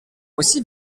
aussi